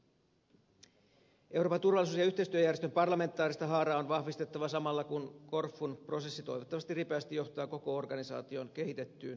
euroopan turvallisuus ja yhteistyöjärjestön parlamentaarista haaraa on vahvistettava samalla kun korfun prosessi johtaa toivottavasti ripeästi koko organisaation kehitettyyn versioon